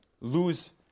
lose